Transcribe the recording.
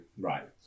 Right